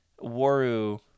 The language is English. Waru